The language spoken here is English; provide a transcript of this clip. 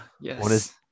Yes